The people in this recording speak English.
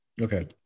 Okay